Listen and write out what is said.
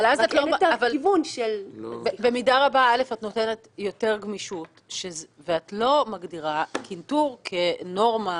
אבל אז במידה רבה את נותנת יותר גמישות ואת לא מגדירה קנטור כנורמה